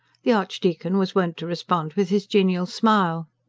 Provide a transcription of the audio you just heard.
the archdeacon was wont to respond with his genial smile